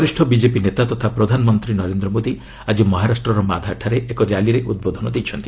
ବରିଷ୍ଣ ବିଜେପି ନେତା ତଥା ପ୍ରଧାନମନ୍ତ୍ରୀ ନରେନ୍ଦ୍ର ମୋଦି ଆକି ମହାରାଷ୍ଟ୍ରର ମାଧାଠାରେ ଏକ ର୍ୟାଲିରେ ଉଦ୍ବୋଧନ ଦେଇଛନ୍ତି